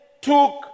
took